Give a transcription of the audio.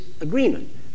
agreement